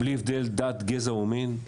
בלי הבדל דת גזע או מין,